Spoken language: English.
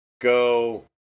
go